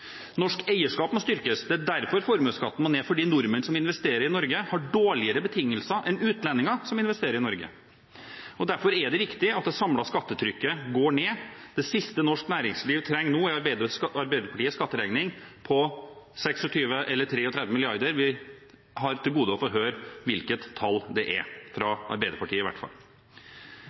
Norsk eierskap må styrkes, og det er derfor formuesskatten må ned, fordi nordmenn som investerer i Norge, har dårligere betingelser enn utlendinger som investerer i Norge. Derfor er det riktig at det samlede skattetrykket går ned. Det siste norsk næringsliv trenger nå, er Arbeiderpartiets skatteregning på 26 eller 33 mrd. kr. Vi har til gode å få høre hvilket tall det er – fra Arbeiderpartiet, i hvert fall.